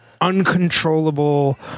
uncontrollable